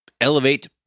elevate